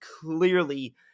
clearly